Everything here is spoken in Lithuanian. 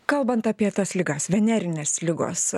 kalbant apie tas ligas venerinės ligos